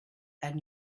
and